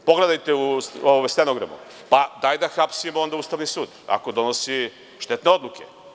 Pogledajte u stenogramu, pa hajde da hapsimo onda Ustavni sud ako donosi štetne odluke.